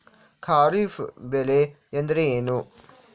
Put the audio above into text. ಖಾರಿಫ್ ಬೆಳೆ ಎಂದರೇನು?